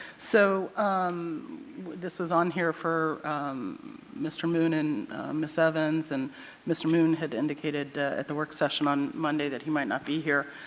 so this is on here for mr. moon and ms. evans and mr. moon had indicated at the work session on monday he might not be here.